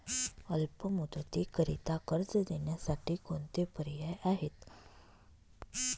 अल्प मुदतीकरीता कर्ज देण्यासाठी कोणते पर्याय आहेत?